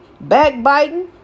backbiting